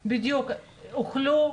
יוכלו,